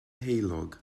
heulog